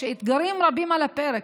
כשאתגרים רבים על הפרק,